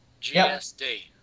GSD